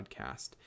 Podcast